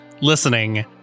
listening